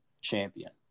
champion